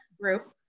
group